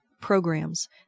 programs